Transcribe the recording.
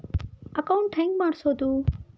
Account ಹೆಂಗ್ ಮಾಡ್ಸೋದು?